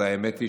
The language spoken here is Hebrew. אז האמת היא